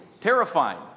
terrifying